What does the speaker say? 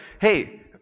hey